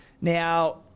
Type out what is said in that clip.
Now